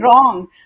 wrong